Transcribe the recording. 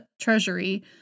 treasury